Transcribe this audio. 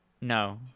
no